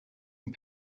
and